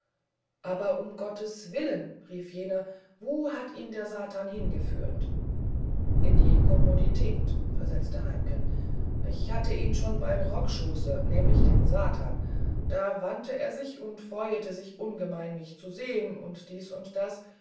aber um gottes willen rief jener wo hat ihn der satan hingeführt in die kommodität versetzte heimken ich hatte ihn schon beim rockschoß nämlich den satan da wandte er sich und freuete sich ungemein mich zu sehen und dies und das